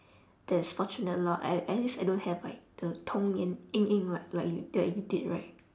that's fortunate lor a~ at least like I don't have like the 童年阴影 like like like you did right